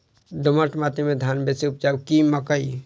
दोमट माटि मे धान बेसी उपजाउ की मकई?